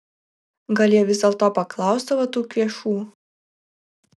gal jie vis dėlto paklausdavo tų kvėšų